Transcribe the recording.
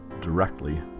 directly